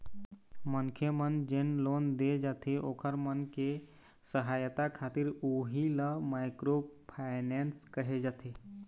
मनखे मन जेन लोन दे जाथे ओखर मन के सहायता खातिर उही ल माइक्रो फायनेंस कहे जाथे